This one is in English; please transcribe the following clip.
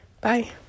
Bye